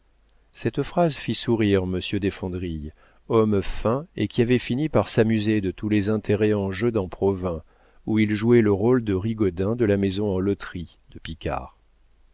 cette phrase fit sourire monsieur desfondrilles homme fin et qui avait fini par s'amuser de tous les intérêts en jeu dans provins où il jouait le rôle de rigaudin de la maison en loterie de